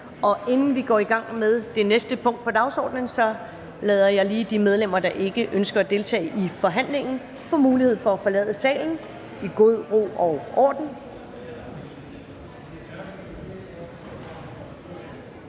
Inden vi går i gang med det næste punkt på dagsordenen, lader jeg lige de medlemmer, der ikke ønsker at deltage i forhandlingen, få mulighed for at forlade salen i god ro og orden.